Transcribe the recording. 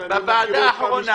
בוועדה האחרונה,